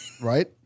right